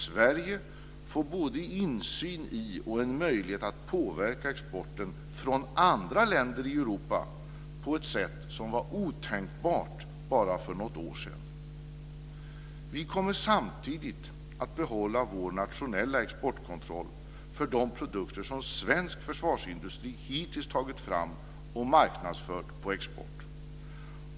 Sverige får både insyn i och en möjlighet att påverka exporten från andra länder i Europa på ett sätt som var otänkbart bara för något år sedan. Vi kommer samtidigt att behålla vår nationella exportkontroll för de produkter som svensk försvarsindustri hittills tagit fram och marknadsfört på export.